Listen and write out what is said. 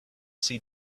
see